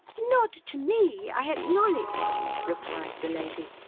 not to me, i acknowledge replied the lady.